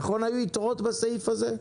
נכון היו יתרות בסעיף הזה?